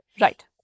Right